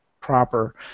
proper